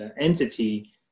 entity